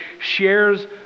shares